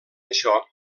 això